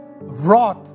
wrath